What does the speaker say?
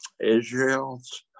Israel's